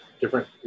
different